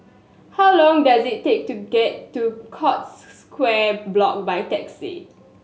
how long does it take to get to Scotts Square Block by taxi